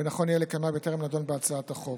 ונכון יהיה לקיימה בטרם נדון בהצעת החוק.